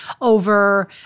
over